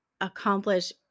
accomplish